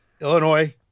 illinois